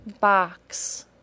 box